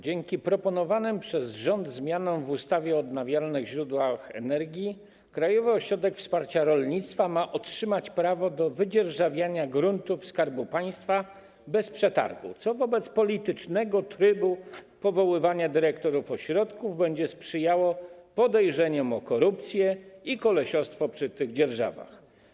Dzięki proponowanym przez rząd zmianom w ustawie o odnawialnych źródłach energii Krajowy Ośrodek Wsparcia Rolnictwa ma otrzymać prawo do wydzierżawiania gruntów Skarbu Państwa bez przetargu, co wobec politycznego trybu powoływania dyrektorów ośrodków będzie sprzyjało podejrzeniom o korupcję i kolesiostwo przy tych dzierżawach.